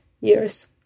years